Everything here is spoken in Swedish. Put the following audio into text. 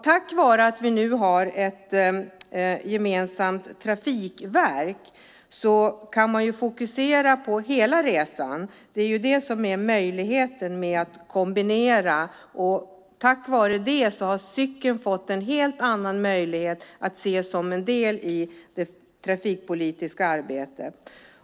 Tack vare att vi nu har ett gemensamt trafikverk kan man fokusera på hela resan. Det ger möjligheter att kombinera, och därmed har cykeln fått en helt ny möjlighet; den ses som en del i det trafikpolitiska arbetet.